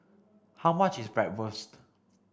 how much is Bratwurst